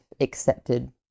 accepted